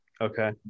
Okay